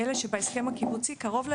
אלה שבהסכם הקיבוצי קרוב לליבכם,